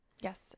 Yes